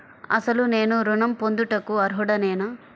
అసలు నేను ఋణం పొందుటకు అర్హుడనేన?